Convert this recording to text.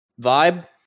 vibe